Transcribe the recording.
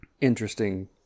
interesting